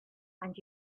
and